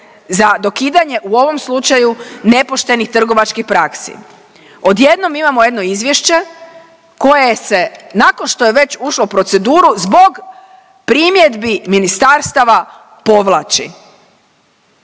za dokidanje, u ovom slučaju nepoštenih trgovačkih praksi. Odjednom imamo jedno izvješće koje se nakon što je već ušlo u proceduru zbog primjedbi ministarstava povlači.